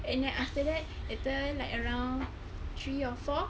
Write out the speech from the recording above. and then after that and then like around three or four